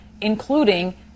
including